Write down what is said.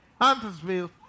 Huntersville